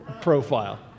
profile